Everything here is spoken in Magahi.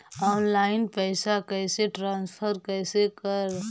ऑनलाइन पैसा कैसे ट्रांसफर कैसे कर?